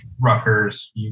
Rutgers